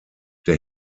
der